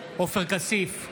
עופר כסיף,